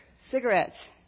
cigarettes